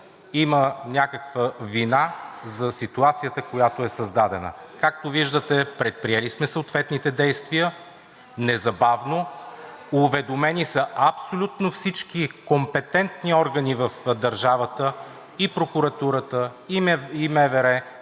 има някаква вина за ситуацията, която е създадена. Както виждате, предприели сме съответните действия, незабавно са уведомени абсолютно всички компетентни органи в държавата – и Прокуратурата, и МВР,